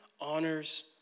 honors